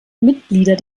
mitglieder